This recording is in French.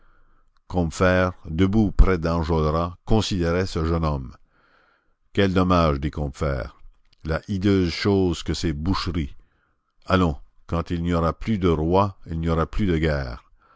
combeferre debout près d'enjolras considérait ce jeune homme quel dommage dit combeferre la hideuse chose que ces boucheries allons quand il n'y aura plus de rois il n'y aura plus de guerre